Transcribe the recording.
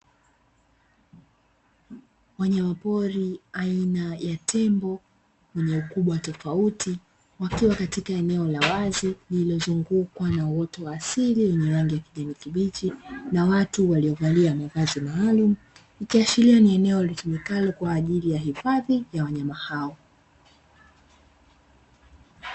Wanyamapori aina ya tembo wenye ukubwa tofauti wakiwa katika eneo la wazi lililozungukwa na uoto wa asili wenye rangi ya kijani kibichi na watu waliovalia mavazi maalumu, ikiashiria ni eneo litumikalo kwa ajili ya hifadhi ya wanyama hao.